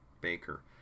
Baker